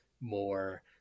more